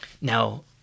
Now